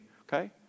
okay